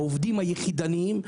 העובדים היחידניים,